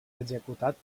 executat